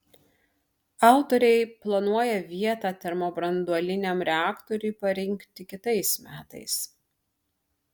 autoriai planuoja vietą termobranduoliniam reaktoriui parinkti kitais metais